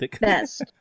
best